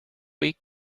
week